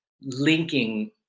linking